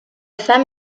femme